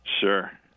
Sure